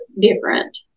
different